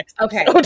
okay